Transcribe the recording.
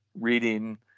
reading